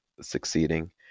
succeeding